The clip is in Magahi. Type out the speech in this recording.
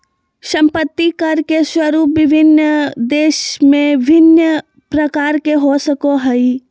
संपत्ति कर के स्वरूप विभिन्न देश में भिन्न प्रकार के हो सको हइ